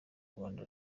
rwanda